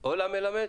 מלמד,